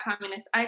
communist